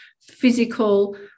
physical